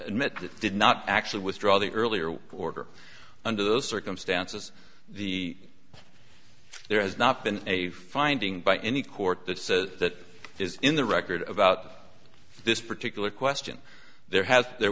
admitted did not actually withdraw the earlier order under those circumstances the there has not been a finding by any court that that is in the record about this particular question there has there